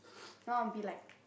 no I want be like